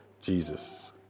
Jesus